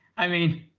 i mean,